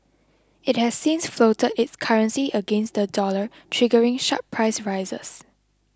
it has since floated its currency against the dollar triggering sharp price rises